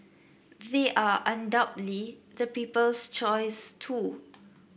they are undoubtedly the people's choice too